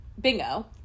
Bingo